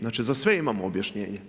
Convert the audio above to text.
Znači za sve imamo objašnjenje.